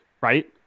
right